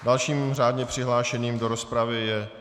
Dalším řádně přihlášeným do rozpravy je...